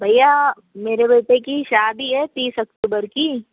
भैया मेरे बेटे कि शादी है तीस अक्टूबर की